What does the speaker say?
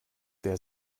der